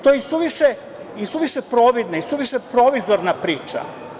To je isuviše providno, isuviše provizorna priča.